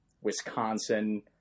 Wisconsin